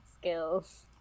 skills